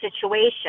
situation